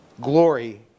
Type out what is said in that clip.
Glory